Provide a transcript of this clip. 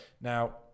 Now